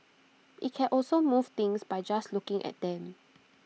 IT can also move things by just looking at them